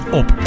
op